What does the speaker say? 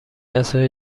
عصای